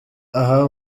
aha